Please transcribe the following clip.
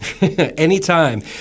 Anytime